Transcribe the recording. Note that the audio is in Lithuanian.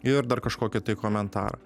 ir dar kažkokį tai komentarą